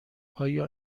آیا